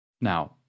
Now